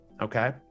Okay